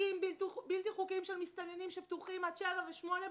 עסקים בלתי חוקיים של מסתננים שפתוחים עד שבע ושמונה בבוקר,